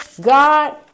God